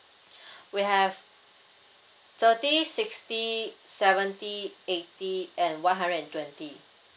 we have thirty sixty seventy eighty and one hundred and twenty